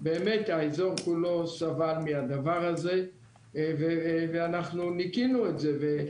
באמת האזור כולו סבל מהדבר הזה ואנחנו ניקינו את זה.